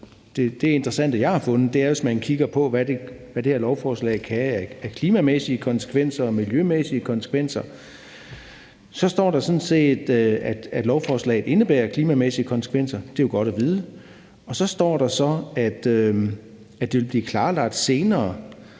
Det interessante, jeg har fundet, ser man, hvis man kigger på, hvad det her lovforslag kan have af klimamæssige konsekvenser og miljømæssige konsekvenser. Der står sådan set, at lovforslaget indebærer klimamæssige konsekvenser, og det er jo godt at vide. Så står der så også, at det vil blive klarlagt senere,